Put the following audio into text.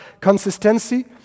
consistency